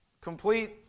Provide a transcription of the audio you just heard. complete